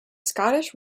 scottish